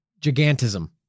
gigantism